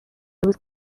روز